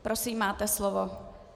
Prosím, máte slovo.